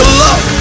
love